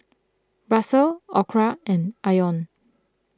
Russel Orra and Ione